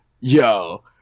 yo